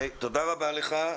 תודה רבה לך.